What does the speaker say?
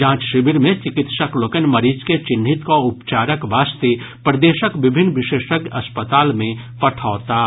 जांच शिविर मे चिकित्सक लोकनि मरीज के चिन्हित कऽ उपचारक वास्ते प्रदेशक विभिन्न विशेषज्ञ अस्पताल मे पठौताह